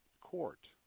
Court